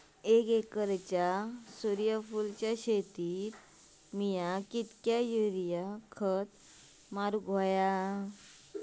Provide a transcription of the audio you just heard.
एक एकरच्या सूर्यफुल शेतीत मी किती युरिया यवस्तित व्हयो?